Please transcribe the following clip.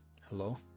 Hello